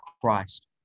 Christ